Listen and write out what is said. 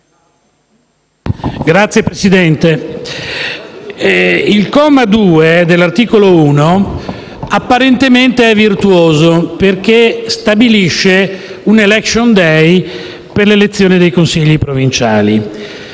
Signor Presidente, il comma 2 dell'articolo 1 apparentemente è virtuoso, perché stabilisce un *election day* per l'elezione dei Consigli provinciali;